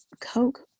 coke